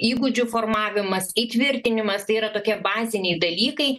įgūdžių formavimas įtvirtinimas tai yra tokie baziniai dalykai